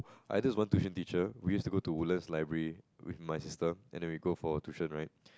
I just one tuition teacher we used to go to Woodlands library with my sister and then we go for tuition right